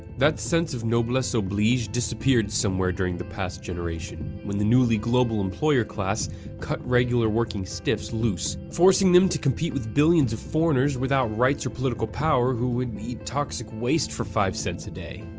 that sense of noblesse oblige disappeared somewhere during the past generation, when the newly global employer class cut regular working stiffs loose, forcing them to compete with billions of foreigners without rights or political power who would eat toxic waste for five cents a day.